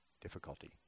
difficulty